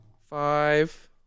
five